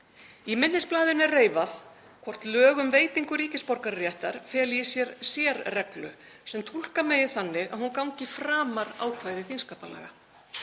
Í minnisblaðinu er reifað hvort lög um veitingu ríkisborgararéttar feli í sér sérreglu sem túlka megi þannig að hún gangi framar ákvæðum þingskapalaga.